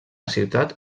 ciutat